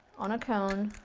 on a cone